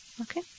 Okay